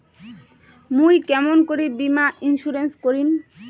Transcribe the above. মুই কেমন করি বীমা ইন্সুরেন্স করিম?